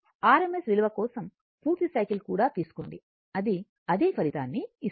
RMS విలువ కోసం పూర్తి సైకిల్ కూడా తీసుకోండి అది అదే ఫలితాన్ని ఇస్తుంది